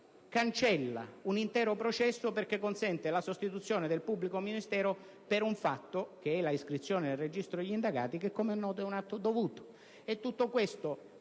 che cancella un intero processo perché consente la sostituzione del pubblico ministero per un fatto, l'iscrizione nel registro degli indagati, che, come è noto, è un atto dovuto.